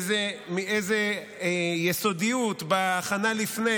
איזו יסודיות בהכנה לפני,